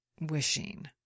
Wishing